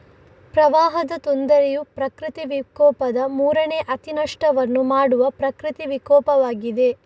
ಪ್ರವಾಹದ ತೊಂದರೆಯು ಪ್ರಕೃತಿ ವಿಕೋಪದ ಮೂರನೇ ಅತಿ ನಷ್ಟವನ್ನು ಮಾಡುವ ಪ್ರಕೃತಿ ವಿಕೋಪವಾಗಿದೆ